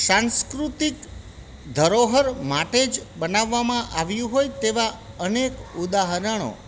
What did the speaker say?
સાંસ્કૃતિક ધરોહર માટે જ બનાવવામાં આવ્યું હોય તેવા અનેક ઉદાહરણો